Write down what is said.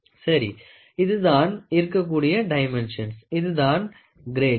சரி இதுதான் இருக்கக்கூடிய டைமென்ஷன்ஸ் இதுதான் கிரேட்ஸ்